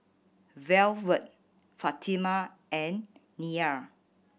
Velvet Fatima and Neal